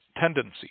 tendency